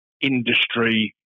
industry